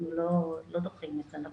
אנחנו לא דוחים את זה.